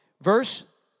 Verse